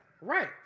Right